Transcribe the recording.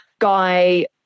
guy